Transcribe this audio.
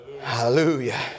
Hallelujah